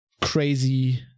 crazy